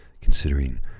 considering